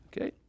okay